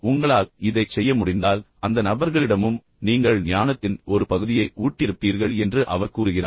உங்களால் இதைச் செய்ய முடிந்தால் அந்த நபர்களிடமும் நீங்கள் ஞானத்தின் ஒரு பகுதியை ஊட்டியிருப்பீர்கள் என்று அவர் கூறுகிறார்